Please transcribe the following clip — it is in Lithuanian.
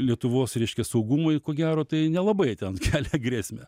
lietuvos reiškia saugumui ko gero tai nelabai ten kelia grėsmę